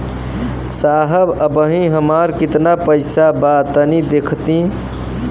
साहब अबहीं हमार कितना पइसा बा तनि देखति?